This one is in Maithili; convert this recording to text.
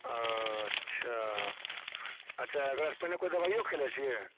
अच्छा अच्छा एकर पहिले कोनो दबाइओ खेने छियै